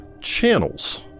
channels